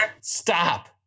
Stop